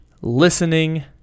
listening